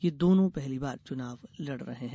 ये दोनों पहली बार चुनाव लड़ रहे हैं